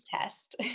test